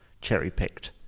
cherry-picked